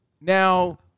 now